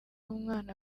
umwana